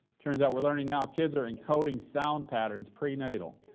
turns out we're learning now kids are encoding sound patterns pre-natal.